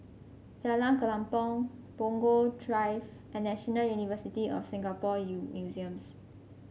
Jalan Kelempong Punggol Drive and National University of Singapore Museums